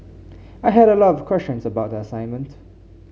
I had a lot of questions about the assignment